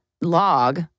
log